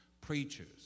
preachers